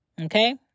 Okay